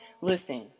Listen